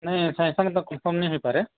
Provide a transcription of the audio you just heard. ନାଇ ସାଙ୍ଗେ ସାଙ୍ଗେ ତ କନଫର୍ମ୍ ତ ହୋଇପାରେ